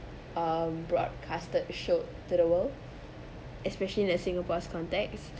um broadcasted showed to the world especially in the singapore's context